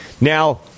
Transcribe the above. Now